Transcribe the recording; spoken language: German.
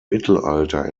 mittelalter